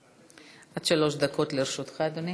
עד שלוש דקות לרשותך, אדוני.